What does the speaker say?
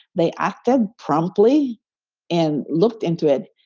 they acted promptly and looked into it.